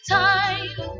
time